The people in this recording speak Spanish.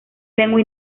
lengua